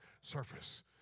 surface